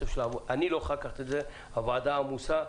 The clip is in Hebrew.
אני לא אוכל לקחת את זה כי הוועדה עמוסה.